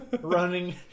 running